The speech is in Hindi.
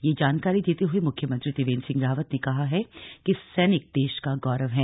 यह जानकारी देते हुए मुख्यमंत्री त्रिवेन्द्र सिंह रावत ने कहा है कि सैनिक देश का गौरव हैं